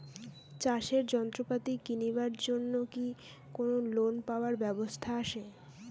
চাষের যন্ত্রপাতি কিনিবার জন্য কি কোনো লোন পাবার ব্যবস্থা আসে?